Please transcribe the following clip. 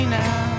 now